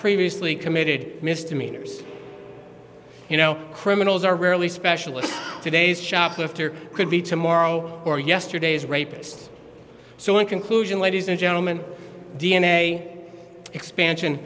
previously committed mr meters you know criminals are rarely specialist today's shoplifter could be tomorrow or yesterday's rapists so in conclusion ladies and gentleman d n a expansion